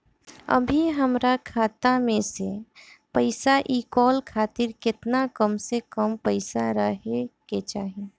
अभीहमरा खाता मे से पैसा इ कॉल खातिर केतना कम से कम पैसा रहे के चाही?